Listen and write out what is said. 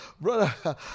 brother